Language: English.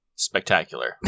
spectacular